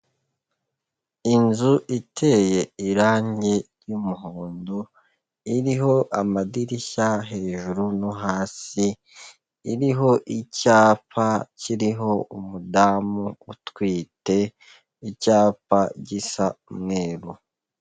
Inzu iteye irange ry'umuhondo, iriho amadirishya hejuru no hasi, iriho icyapa kiriho umudamu utwite, icyapa gisa umweru.